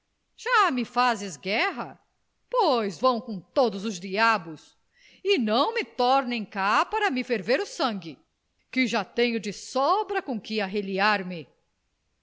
já me fazes guerra pois vão com todos os diabos e não me tornem cá para me ferver o sangue que já tenho de sobra com que arreliar me